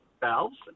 valves